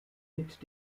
mit